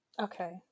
Okay